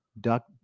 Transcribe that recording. duck